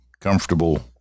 comfortable